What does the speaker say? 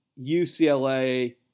UCLA